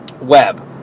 web